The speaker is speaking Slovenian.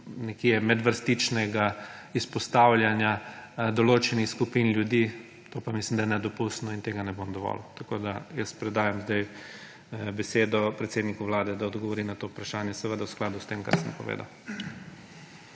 in medvrstičnega izpostavljanja določenih skupin ljudi, to pa mislim, da je nedopustno, in tega ne bom dovolil. Jaz predajam zdaj besedo predsedniku Vlade, da odgovori na to vprašanje, seveda v skladu s tem, kar sem povedal.